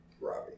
Robbie